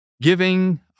giving